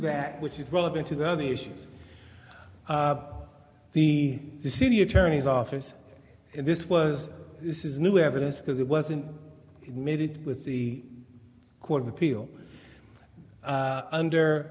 that which is relevant to the other issues of the city attorney's office and this was this is new evidence because it wasn't made with the court of appeal under